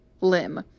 limb